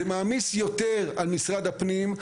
זה מעמיס יותר על משרד הפנים,